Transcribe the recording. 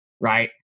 right